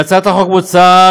בהצעת החוק מוצע,